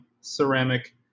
ceramic